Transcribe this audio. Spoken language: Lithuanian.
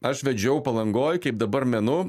aš vedžiau palangoj kaip dabar menu